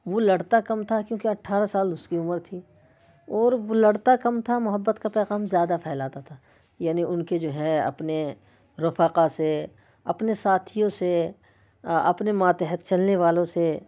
وہ لڑتا کم تھا کیوں کہ اٹھارہ سال اس کی عمر تھی اور لڑتا کم تھا محبت کا پیغام زیادہ پھیلاتا تھا یعنی ان کے جو ہے اپنے رفقا سے اپنے ساتھیوں سے اپنے ماتحت چلنے والوں سے